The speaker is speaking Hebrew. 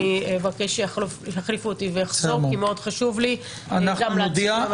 אני אבקש שיחליפו אותו ואחזור כי מאוד חשוב לי גם להצביע.